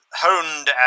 honed